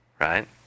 right